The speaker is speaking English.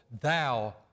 Thou